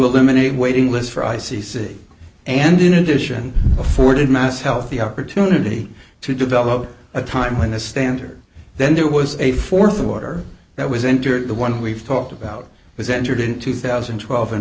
eliminate waiting lists for i c c and in addition afforded mass health the opportunity to develop a time when the standard then there was a th of water that was entered the one we've talked about was entered in two thousand and twelve and